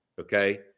okay